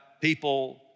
people